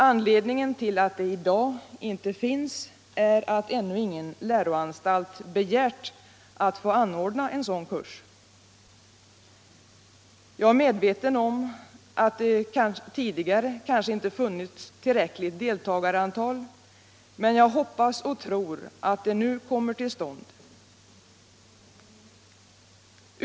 Anledningen till att de i dag inte finns är att ännu ingen läroanstalt begärt att få anordna en sådan kurs. Jag är medveten om att det tidigare kanske inte funnits tillräckligt deltagarantal, men jag hoppas och tror att sådana kurser nu snarast kommer till stånd.